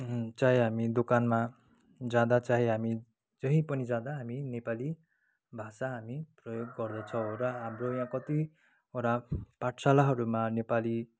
चाहे हामी दोकानमा जाँदा चाहे हामी जहीँ पनि जाँदा हामी नेपाली भाषा हामी प्रयोग गर्दछौँ र हाम्रो यहाँ कतिवटा पाठशालाहरूमा नेपाली